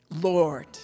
Lord